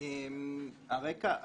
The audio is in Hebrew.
ראשית,